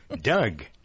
Doug